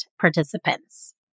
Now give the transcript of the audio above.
participants